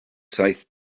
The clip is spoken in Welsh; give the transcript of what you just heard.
saith